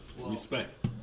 Respect